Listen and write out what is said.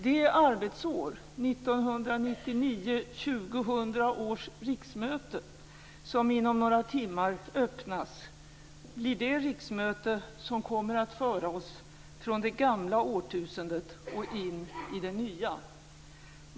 Det arbetsår - 1999/2000 års riksmöte - som inom några timmar öppnas, blir det riksmöte som kommer att föra oss från det gamla årtusendet och in i det nya.